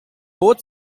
both